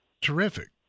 terrific